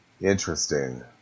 Interesting